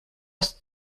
aus